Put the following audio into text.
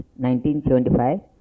1975